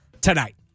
tonight